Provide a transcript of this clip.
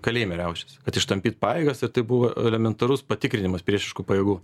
kalėjime riaušės kad ištampyt pajėgas ir tai buvo elementarus patikrinimas priešiškų pajėgų